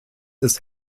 ist